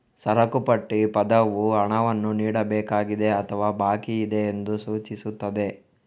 ಸರಕು ಪಟ್ಟಿ ಪದವು ಹಣವನ್ನು ನೀಡಬೇಕಾಗಿದೆ ಅಥವಾ ಬಾಕಿಯಿದೆ ಎಂದು ಸೂಚಿಸುತ್ತದೆ